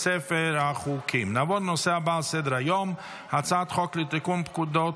אני קובע כי הצעת חוק לייעול האכיפה והפיקוח